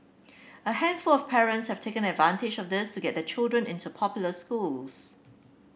a handful of parents have taken advantage of this to get their children into popular schools